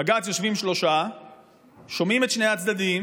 בבג"ץ יושבים שלושה ושומעים את שני הצדדים,